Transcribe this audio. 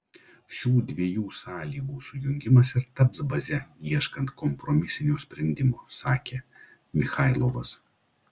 šių dviejų sąlygų sujungimas ir taps baze ieškant kompromisinio sprendimo sakė michailovas